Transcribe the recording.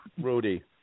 Rudy